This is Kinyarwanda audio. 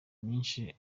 myinshi